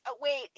wait